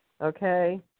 Okay